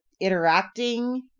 interacting